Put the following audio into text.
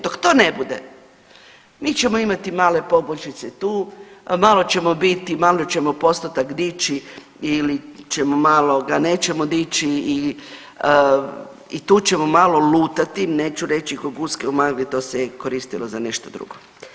Dok to ne bude mi ćemo imati male poboljšice tu, malo ćemo biti, malo ćemo postotak dići ili ćemo malo ga nećemo dići i, i tu ćemo malo lutati neću reći ko guske u magli to se je koristilo za nešto drugo.